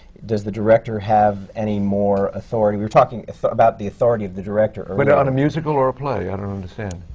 does the director have any more authority? we're talking about the authority of the director. but on a musical or a play? i don't understand.